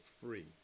free